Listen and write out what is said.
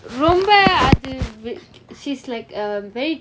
ரொம்ப அது :romba athu she's like uh very